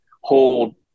hold